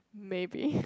maybe